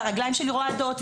הילדים שלי רועדות,